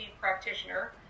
practitioner